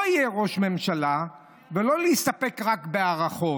יהיה ראש ממשלה ולא להסתפק רק בהערכות.